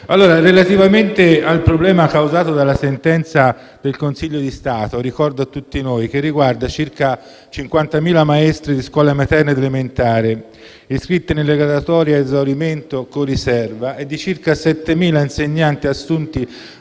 Relativamente al problema causato dalla sentenza del Consiglio di Stato, ricordo a tutti noi che essa riguarda circa 50.000 maestre di scuola materna ed elementare, iscritte nelle graduatorie a esaurimento con riserva, e circa 7.000 insegnanti assunti